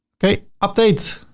okay. update,